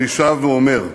אני שב ואומר: